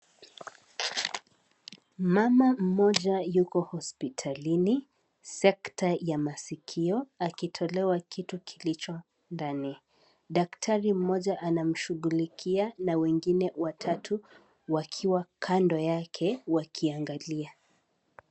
Mama mmoja yuko hospitalini sekta ya maskio akitolewa kitu kilicho ndani. Daktari mmoja anamshughulikia na wengine watatu wakiwa kando yake wakiangalia.